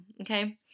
okay